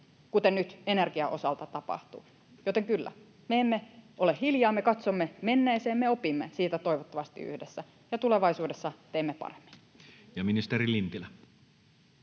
kuten nyt energian osalta tapahtuu. Joten kyllä, me emme ole hiljaa. Me katsomme menneeseen, me opimme siitä toivottavasti yhdessä, ja tulevaisuudessa teemme paremmin. Ja ministeri Lintilä.